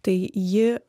tai ji